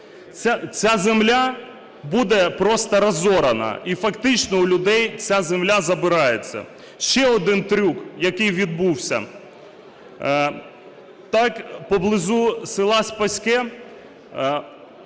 Ця земля буде просто розорана. І фактично у людей ця земля забирається. Ще один трюк, який відбувся. Поблизу села Спаське